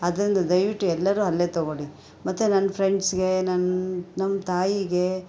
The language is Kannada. ಆದ್ದರಿಂದ ದಯವಿಟ್ಟು ಎಲ್ಲರೂ ಅಲ್ಲೇ ತೊಗೊಳ್ಳಿ ಮತ್ತು ನನ್ನ ಫ್ರೆಂಡ್ಸ್ಗೆ ನನ್ನ ನಮ್ಮ ತಾಯಿಗೆ